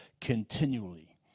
continually